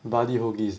Buddy Hoagies